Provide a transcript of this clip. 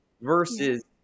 versus